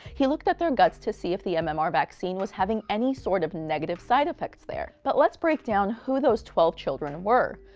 he looked at their guts to see if the mmr vaccine was having any sort of negative side effects there. but let's break down who those twelve children were.